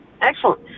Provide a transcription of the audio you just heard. Excellent